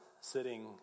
sitting